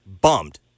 bummed